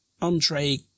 Andre